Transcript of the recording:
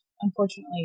unfortunately